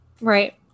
Right